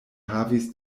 havis